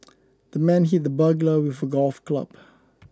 the man hit the burglar with a golf club